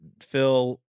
Phil